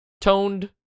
toned